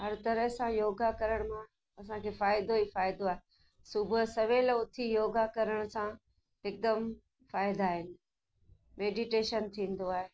हर तरह सां योगा करण मां असांखे फ़ाइदो ई फ़ाइदो आहे सुबुह सवेल उथी योगा करण सां हिकदमि फ़ाइदा आहिनि मेडिटेशन थींदो आहे